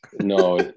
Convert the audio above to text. No